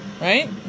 Right